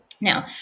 Now